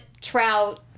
trout